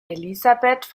elisabeth